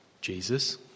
Jesus